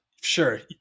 sure